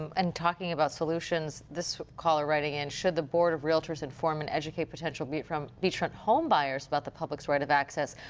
um and talking about solutions. this caller writing in, should the board of realtors inform and educate potential beachfront beachfront home buyers about the public's right of access.